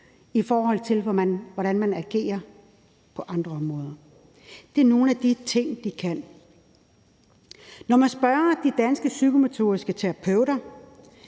i forhold til, hvordan man agerer på andre områder. Det er nogle af de ting, de kan. Når man spørger de danske psykomotoriske terapeuter,